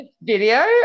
video